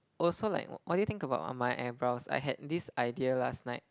also like w~ what do you think about my eyebrows I had this idea last night